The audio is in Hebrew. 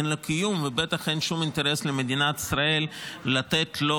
אין לו קיום ובטח אין שום אינטרס למדינת ישראל לתת לו